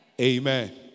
Amen